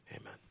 Amen